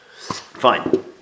Fine